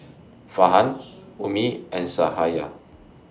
Farhan Ummi and Sahaya